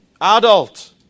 Adult